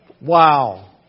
Wow